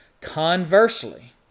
Conversely